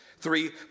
Three